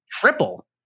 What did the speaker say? triple